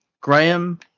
Graham